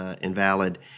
invalid